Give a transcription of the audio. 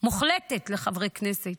מוחלטת לחברי כנסת?